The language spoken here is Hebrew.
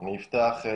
אני אפתח.